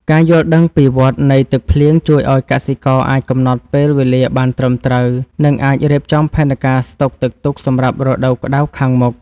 ការយល់ដឹងពីវដ្តនៃទឹកភ្លៀងជួយឱ្យកសិករអាចកំណត់ពេលវេលាបានត្រឹមត្រូវ និងអាចរៀបចំផែនការស្តុកទឹកទុកសម្រាប់រដូវក្តៅខាងមុខ។